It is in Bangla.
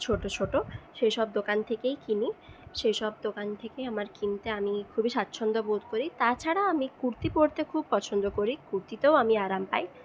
ছোটো ছোটো সেসব দোকান থেকেই কিনি সেসব দোকান থেকে আমার কিনতে আমি খুবই স্বাচ্ছন্দ্য বোধ করি তাছাড়া আমি কুর্তি পড়তে খুব পছন্দ করি কুর্তিতেও আমি আরাম পাই